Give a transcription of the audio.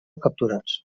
capturats